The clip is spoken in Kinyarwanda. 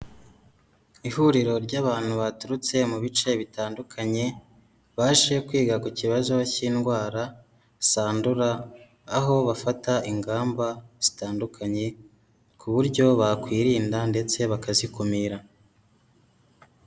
Ihuriro ry'abantu baturutse mu bice bitandukanye baje kwiga ku kibazo cy'indwara zandura, aho bafata ingamba zitandukanye ku buryo bakwirinda ndetse bakazikumira.